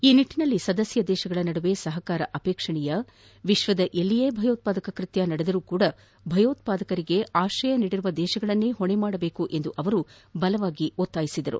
ಈ ನಿಟ್ಟನಲ್ಲಿ ಸದಸ್ಯ ರಾಷ್ಟಗಳ ನಡುವೆ ಸಹಕಾರ ಅಪೇಕ್ಷಣೀಯ ವಿಶ್ವದ ಎಲ್ಲಿಯೇ ಭಯೋತ್ವಾದಕ ಕೃತ್ಯ ನಡೆದರೂ ಭಯೋತ್ವಾದಕರಿಗೆ ಆಶ್ರಯ ನೀಡಿರುವ ದೇಶಗಳನ್ನೇ ಹೊಣೆ ಮಾಡಬೇಕು ಎಂದು ಅವರು ಬಲವಾಗಿ ಒತಾಯಿಸಿದರು